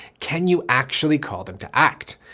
can you actually call them to act.